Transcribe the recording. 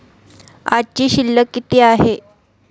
आजची शिल्लक किती आहे?